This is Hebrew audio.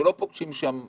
שלא פוגשים שם אנשים.